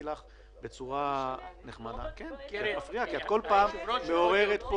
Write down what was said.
לוודא אם אכן התחרות על